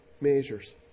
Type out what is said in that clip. measures